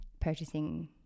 purchasing